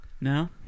No